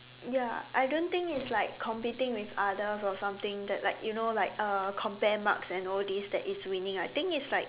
ya I don't think it's like competing with others or something that like you know like uh compare marks and all these that is winning I think it's like